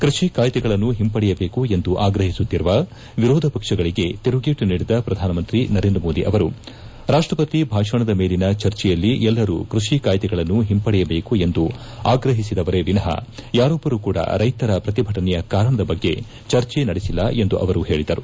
ಕೃಷಿ ಕಾಯ್ಲೆಗಳನ್ನು ಹಿಂಪಡೆಯಬೇಕು ಎಂದು ಆಗ್ರಹಿಸುತ್ತಿರುವ ವಿರೋಧ ಪಕ್ಷಗಳಿಗೆ ತಿರುಗೇಟು ನೀಡಿದ ಪ್ರಧಾನಮಂತ್ರಿ ನರೇಂದ್ರ ಮೋದಿ ಅವರು ರಾಷ್ಟಪತಿ ಭಾಷಣದ ಮೇಲಿನ ಚರ್ಚೆಯಲ್ಲಿ ಎಲ್ಲರೂ ಕೃಷಿ ಕಾಯ್ದೆಗಳನ್ನು ಹಿಂಪಡೆಯಬೇಕು ಎಂದು ಆಗ್ರಹಿಸಿದವರೇ ವಿನಃ ಯಾರೊಬ್ಬರೂ ಕೂಡ ರೈತರ ಪ್ರತಿಭಟನೆಯ ಕಾರಣದ ಬಗ್ಗೆ ಚರ್ಚೆ ನಡೆಸಿಲ್ಲ ಎಂದು ಹೇಳಿದರು